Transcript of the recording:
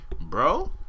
Bro